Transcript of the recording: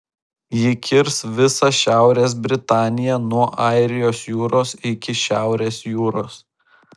ji kirs visą šiaurės britaniją nuo airijos jūros iki šiaurės jūros